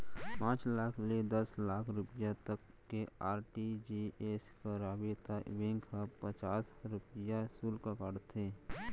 पॉंच लाख ले दस लाख रूपिया तक के आर.टी.जी.एस कराबे त बेंक ह पचास रूपिया सुल्क काटथे